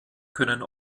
können